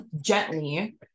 gently